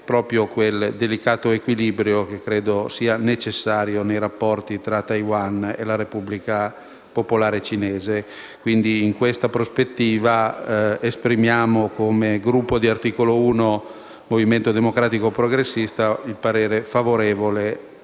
quel delicato equilibrio che credo sia necessario nei rapporti tra Taiwan e la Repubblica Popolare Cinese. In questa prospettiva, esprimiamo come Gruppo Articolo 1 - Movimento democratico progressista il nostro voto favorevole